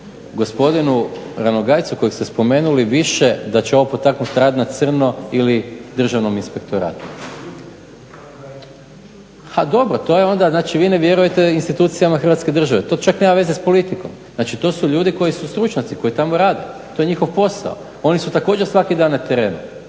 gospodinu Ranogajcu kojeg ste spomenuli više da će ovo potaknut rad na crno ili državnom inspektoratu. … /Upadica se ne razumije./ … Ha dobro, to je onda, znači vi ne vjerujete institucijama Hrvatske drave. To čak nema veze s politikom, znači to su ljudi koji su stručnjaci, koji tamo rade, to je njihov posao. Oni su također svaki dan na terenu